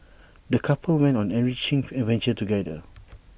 the couple went on an enriching adventure together